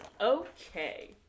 Okay